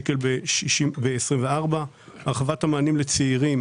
רבותיי, הארגונים אומרים לי אל תמהר,